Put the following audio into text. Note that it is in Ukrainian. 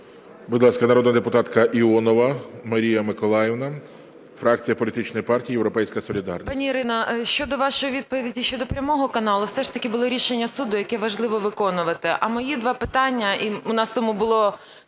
Будь ласка, народна депутатка Іонова Марія Миколаївна, фракція політичної партії "Європейська солідарність".